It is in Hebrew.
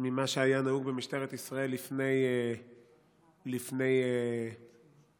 ממה שהיה נהוג במשטרת ישראל לפני מה שמכונה